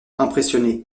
impressionné